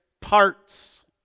parts